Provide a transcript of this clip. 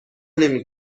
نمی